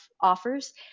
offers